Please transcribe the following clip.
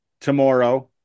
tomorrow